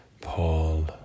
Paul